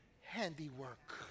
handiwork